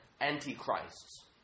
antichrists